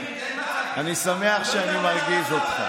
אני שמח שאני מרגיז אותך.